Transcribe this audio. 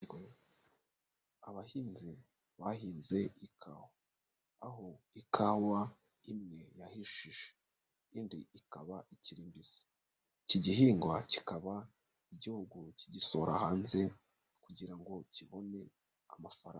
Abahinzi bahinze ikawa, aho ikawa imwe yahishije indi ikaba ikiri mbisi. Iki gihingwa kikaba Igihugu kigisohora hanze kugira ngo kibone amafaranga.